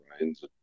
rains